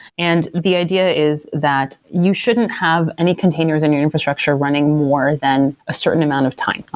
and the idea is that you shouldn't have any containers in your infrastructure running more than a certain amount of time.